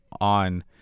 on